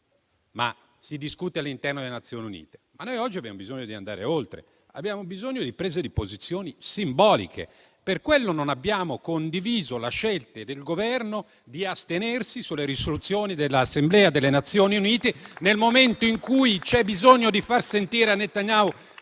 deve discutere all'interno delle Nazioni Unite): noi oggi abbiamo bisogno di andare oltre, abbiamo bisogno di prese di posizioni simboliche. Per questo non abbiamo condiviso la scelta del Governo di astenersi sulle risoluzioni dell'Assemblea delle Nazioni Unite nel momento in cui c'è bisogno di far sentire a Netanyahu